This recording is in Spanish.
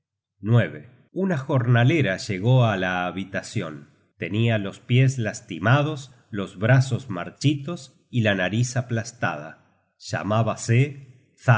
diariamente una jornalera llegó á la habitacion tenia los pies lastimados los brazos marchitos y la nariz aplastada llamábase thy se